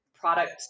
product